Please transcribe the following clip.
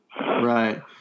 Right